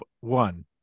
one